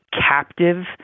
captive